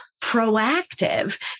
proactive